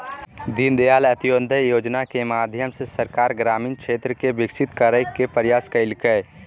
दीनदयाल अंत्योदय योजना के माध्यम से सरकार ग्रामीण क्षेत्र के विकसित करय के प्रयास कइलके